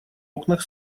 окнах